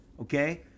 okay